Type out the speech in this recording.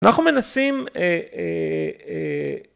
אנחנו מנסים